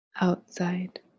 Outside